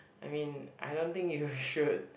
I mean I don't think you should